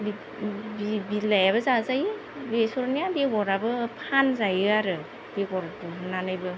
बिलाइयाबो जाजायो बेसरनिया बेगराबो फानजायो आरो बेगर दिहुननानैबो